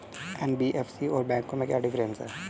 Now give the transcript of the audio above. NBFC और बैंकों में क्या डिफरेंस है?